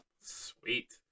Sweet